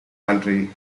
country